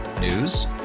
News